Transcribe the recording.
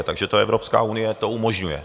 Takže to Evropská unie umožňuje.